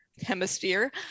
Hemisphere